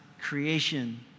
creation